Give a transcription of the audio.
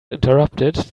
interrupted